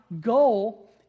goal